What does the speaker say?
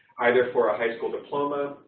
either for a high school diploma,